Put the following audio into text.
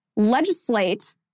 legislate